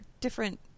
different